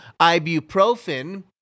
ibuprofen